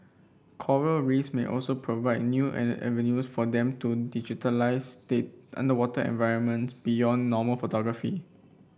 coral Reefs may also provide new avenues for them to underwater environments beyond normal photography